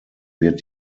wird